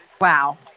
wow